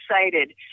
excited